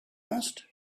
asked